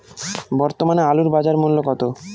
বর্তমানে আলুর বাজার মূল্য কত?